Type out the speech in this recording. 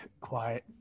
quiet